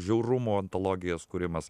žiaurumo ontologijos kūrimas